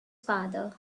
father